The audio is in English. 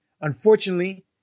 unfortunately